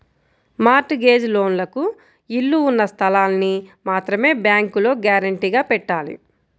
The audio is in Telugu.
మార్ట్ గేజ్ లోన్లకు ఇళ్ళు ఉన్న స్థలాల్ని మాత్రమే బ్యేంకులో గ్యారంటీగా పెట్టాలి